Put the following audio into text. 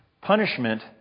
Punishment